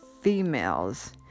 females